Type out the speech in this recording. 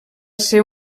ser